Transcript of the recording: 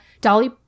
dolly